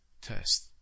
test